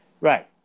Right